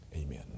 Amen